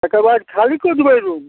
तकर बाद खाली कऽ देबय रूम